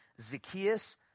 zacchaeus